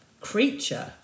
Creature